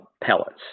pellets